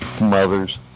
mothers